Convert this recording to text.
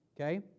Okay